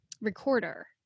recorder